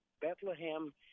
Bethlehem